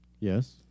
yes